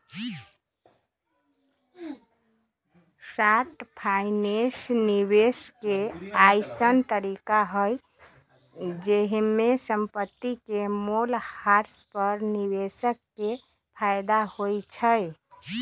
short finance निवेश के अइसँन तरीका हइ जाहिमे संपत्ति के मोल ह्रास पर निवेशक के फयदा होइ छइ